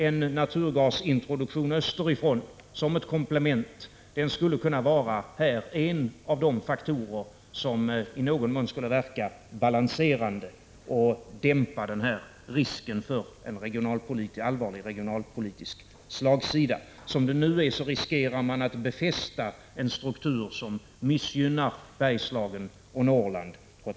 En naturgasintroduktion österifrån, som ett komplement, skulle i det avseendet kunna utgöra en av de faktorer som dämpade denna risk för en allvarlig regionalpolitisk slagsida. Som det nu är riskerar man att befästa en struktur som allvarligt missgynnar Bergslagen och Norrland.